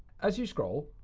as you scroll,